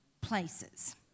places